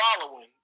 Following